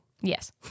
Yes